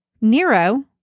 Nero